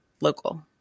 local